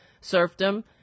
serfdom